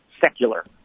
secular